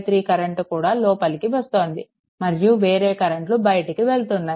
v3 current కూడా లోపలికి వస్తోంది మరియు వేరే కరెంట్లు బయటికి వెళ్తున్నాయి